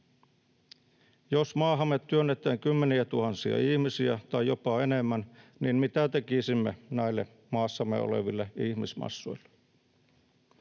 Jos maahamme työnnetään kymmeniätuhansia ihmisiä tai jopa enemmän, niin mitä tekisimme näille maassamme oleville ihmismassoille?